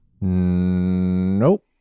Nope